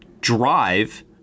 Drive